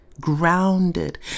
grounded